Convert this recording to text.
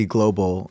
Global